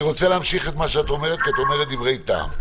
אני רוצה להמשיך את מה שאת אומרת כי את אומרת דברי טעם.